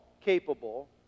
capable